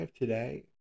today